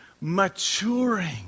maturing